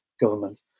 government